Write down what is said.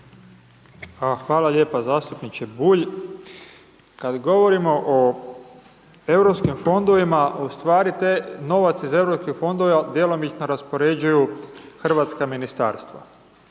Hvala lijepa zastupniče Bulj. Kad govorimo o EU fondovima u stvari te novac iz EU fondova djelomično raspoređuju hrvatska ministarstva